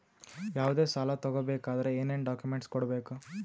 ಯಾವುದೇ ಸಾಲ ತಗೊ ಬೇಕಾದ್ರೆ ಏನೇನ್ ಡಾಕ್ಯೂಮೆಂಟ್ಸ್ ಕೊಡಬೇಕು?